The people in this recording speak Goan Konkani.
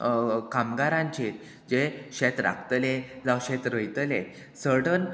कामगारांचेर जे शेत राखतले जावं शेत रोयतले सर्टन